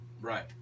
right